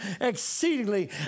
exceedingly